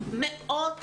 מאות